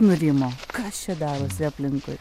nurimo kas čia darosi aplinkui